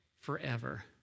forever